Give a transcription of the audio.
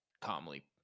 calmly